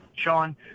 Sean